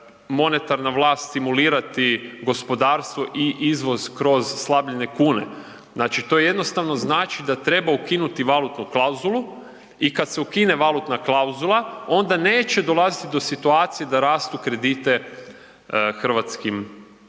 monetarna vlast stimulirati gospodarstvo i izvoz kroz slabljenje kune, znači to jednostavno znači da treba ukinuti valutnu klauzulu i kada se ukine valutna klauzula onda neće dolaziti do situacije da rastu rate kredita hrvatskim